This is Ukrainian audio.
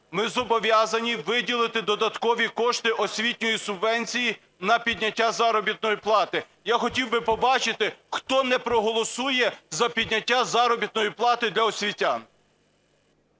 ми зобов'язані виділити додаткові кошти освітньої субвенції на підняття заробітної плати. Я хотів би побачити, хто не проголосує за підняття заробітної плати для освітян.